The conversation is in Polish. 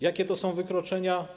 Jakie to są wykroczenia?